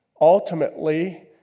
ultimately